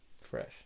Fresh